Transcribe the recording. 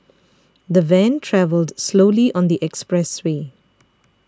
the van travelled slowly on the expressway